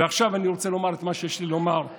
ועכשיו אני רוצה לומר את מה שיש לי לומר.